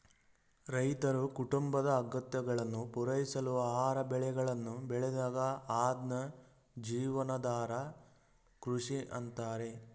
ರೈತರು ಕುಟುಂಬದ ಅಗತ್ಯಗಳನ್ನು ಪೂರೈಸಲು ಆಹಾರ ಬೆಳೆಗಳನ್ನು ಬೆಳೆದಾಗ ಅದ್ನ ಜೀವನಾಧಾರ ಕೃಷಿ ಅಂತಾರೆ